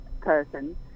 person